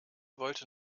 wollte